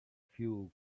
fuel